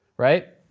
right.